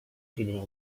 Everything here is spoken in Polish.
próbę